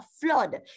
flood